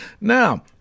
now